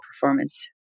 performance